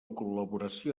col·laboració